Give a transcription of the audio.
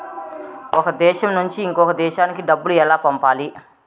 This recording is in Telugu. ఒక దేశం నుంచి ఇంకొక దేశానికి డబ్బులు ఎలా పంపాలి?